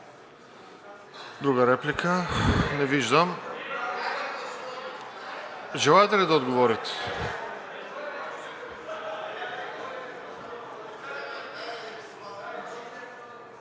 Друга реплика? Не виждам. Желаете ли да отговорите?